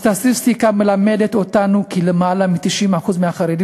הסטטיסטיקה מלמדת אותנו כי למעלה מ-90% מהחרדים